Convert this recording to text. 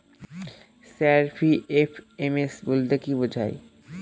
Sir PFMS বলতে কি বোঝায়?